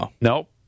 Nope